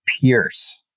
Pierce